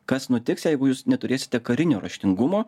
kas nutiks jeigu jūs neturėsite karinio raštingumo